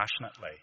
passionately